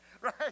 right